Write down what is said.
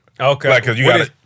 Okay